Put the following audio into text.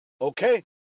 okay